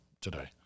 today